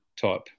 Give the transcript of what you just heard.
type